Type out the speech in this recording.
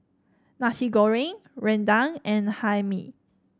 Nasi Goreng rendang and Hae Mee